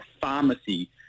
pharmacy